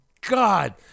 God